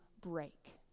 break